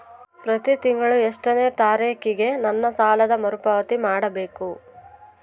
ಪ್ರತಿ ತಿಂಗಳು ಎಷ್ಟನೇ ತಾರೇಕಿಗೆ ನನ್ನ ಸಾಲದ ಮರುಪಾವತಿ ಮಾಡಬೇಕು?